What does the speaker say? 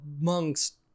amongst